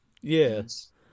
Yes